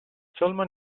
stallman